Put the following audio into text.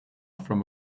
from